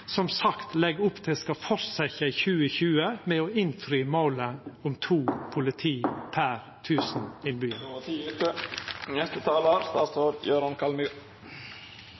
som sagt legg opp til skal fortsetja i 2020, med å innfri målet om to politifolk per tusen innbyggjarar. Då er tida ute.